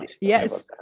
Yes